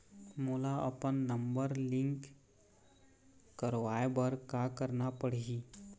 मोला अपन number link करवाये बर का करना पड़ही?